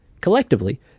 Collectively